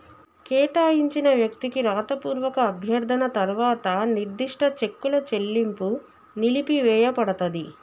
కేటాయించిన వ్యక్తికి రాతపూర్వక అభ్యర్థన తర్వాత నిర్దిష్ట చెక్కుల చెల్లింపు నిలిపివేయపడతది